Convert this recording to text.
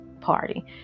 party